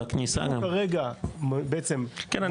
בעצם --- כן,